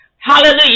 hallelujah